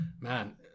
man